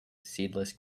seedless